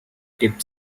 tip